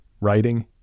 Writing